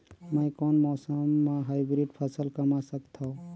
मै कोन मौसम म हाईब्रिड फसल कमा सकथव?